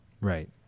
Right